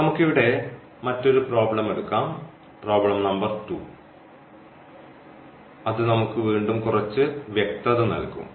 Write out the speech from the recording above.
നമുക്ക് ഇവിടെ മറ്റൊരു പ്രോബ്ലം എടുക്കാം പ്രോബ്ലംനമ്പർ 2 അത് നമുക്ക് വീണ്ടും കുറച്ച് വ്യക്തത നൽകും